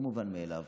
לא מובן מאליו.